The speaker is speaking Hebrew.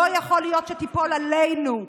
לא יכול להיות שתיפול עלינו.